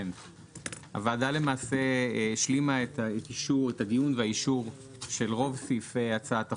הוועדה למעשה השלימה את הדיון והאישור של רוב סעיפי הצעת החוק.